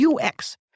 ux